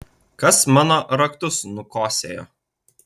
kas mano raktus nukosėjo